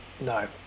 No